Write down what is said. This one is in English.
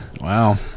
Wow